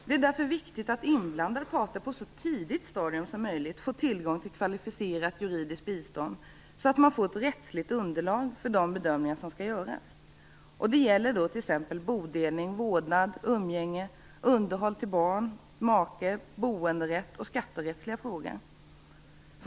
Det är därför viktigt att inblandade parter på ett så tidigt stadium som möjligt får tillgång till kvalificerat juridiskt bistånd, så att man får ett rättsligt underlag för de bedömningar som skall göras. Det gäller t.ex. bodelning, vårdnad, umgänge, underhåll till barn och make, boenderätt och skatterättsliga frågor.